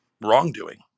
wrongdoing